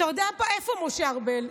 איפה משה ארבל?